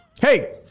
Hey